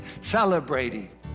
celebrating